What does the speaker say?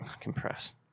compress